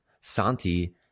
Santi